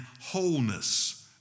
wholeness